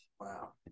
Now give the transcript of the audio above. Wow